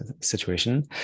situation